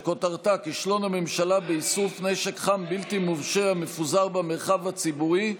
שכותרתה: כישלון הממשלה באיסוף נשק חם בלתי מורשה המפוזר במרחב הציבורי,